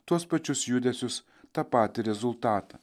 tuos pačius judesius tą patį rezultatą